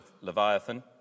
Leviathan